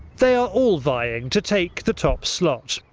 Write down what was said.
they are all vying to take the top slot.